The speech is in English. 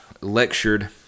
lectured